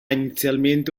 inizialmente